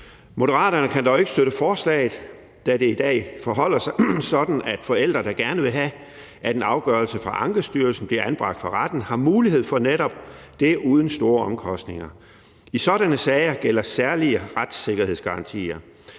Moderaterne kan dog ikke støtte forslaget, da det i dag forholder sig sådan, at forældre, der gerne vil have, at en afgørelse fra Ankestyrelsen bliver indbragt for retten, har mulighed for netop det uden store omkostninger. I sådanne sager gælder særlige retssikkerhedsgarantier.